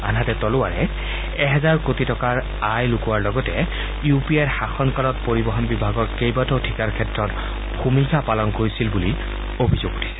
আনহাতে তলৱাৰে এহেজাৰ কোটি টকাৰ আয় লুকোৱাৰ লগতে ইউ পি এ শাসন কালত পৰিবহন বিভাগৰ কেইবাটাও ঠিকাৰ ক্ষেত্ৰত ভূমিকা পালন কৰিছিল বুলি অভিযোগ উঠিছে